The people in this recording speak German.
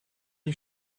die